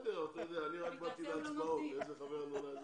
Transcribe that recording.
אני באתי רק להצבעות.